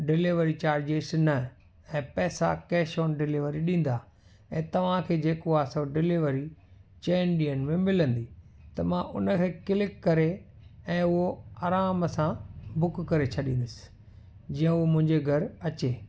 delivery charges न ऐं पैसा कैश ऑन डिलीवरी ॾींदा ऐं तव्हांखे जेको आहे सो डिलीवरी चइनि ॾींहनि में मिलंदी त मां उन खे क्लिक करे ऐं उहो आराम सां बुक करे छॾींदसि जी हो मुंहिंजे घरु अचे